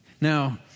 Now